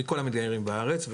מכל המתגיירים בארץ.